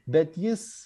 bet jis